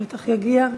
בטח יגיע,